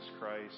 Christ